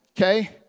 Okay